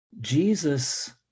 Jesus